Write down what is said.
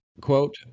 quote